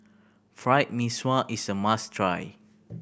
Fried Mee Sua is a must try